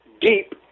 deep